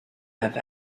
have